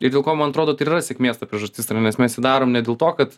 ir dėl ko man atrodo tai ir yra sėkmės ta priežastis ar ne nes mes jį darom ne dėl to kad